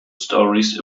stories